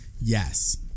Yes